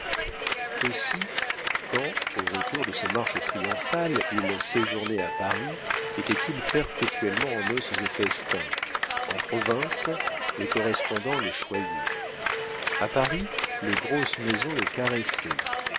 aussi quand au retour de ses marches triomphales il séjournait à paris était-il perpétuellement en noces et festins en province les correspondants le choyaient à paris les grosses maisons le caressaient